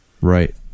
right